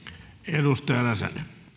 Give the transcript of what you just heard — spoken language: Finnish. arvoisa